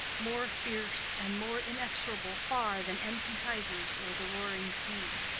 more fierce and more inexorable far than empty tigers or the roaring sea.